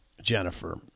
Jennifer